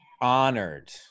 honored